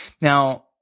Now